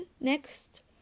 next